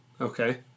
okay